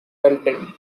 belted